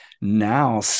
now